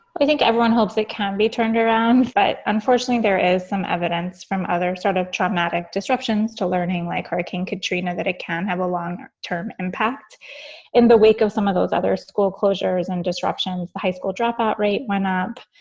i think everyone hopes it can be turned around. but unfortunately, there is some evidence from other sort of traumatic disruptions to learning like hurricane katrina that it can have a long term impact in the wake of some of those other school closures and disruptions, the high school dropout rate went up.